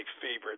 favorite